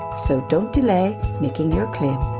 so don't delay making your claim.